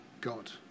God